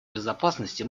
безопасности